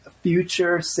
future